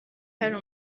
hari